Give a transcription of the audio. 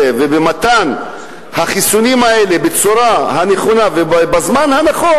ובמתן החיסונים האלה בצורה הנכונה ובזמן הנכון,